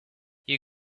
you